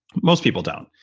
most people don't.